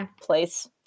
place